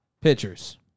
Pitchers